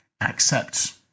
accept